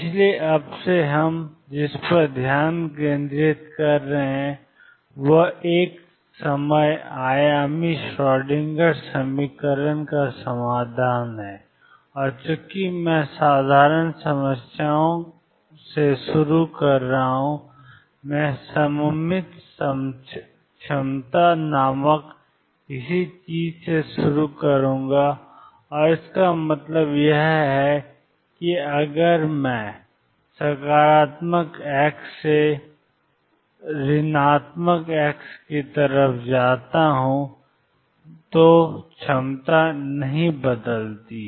इसलिए अब से हम जिस पर ध्यान केंद्रित कर रहे हैं वह एक समय आयामी श्रोडिंगर समीकरण का समाधान है और चूंकि मैं साधारण समस्याओं को शुरू कर रहा हूं मैं सममित क्षमता नामक किसी चीज़ से शुरू करूंगा और इसका मतलब यह है कि अगर मैं से जाता हूं सकारात्मक x से ऋणात्मक x क्षमता नहीं बदलती